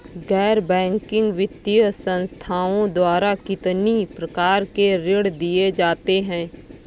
गैर बैंकिंग वित्तीय संस्थाओं द्वारा कितनी प्रकार के ऋण दिए जाते हैं?